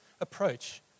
approach